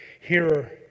hearer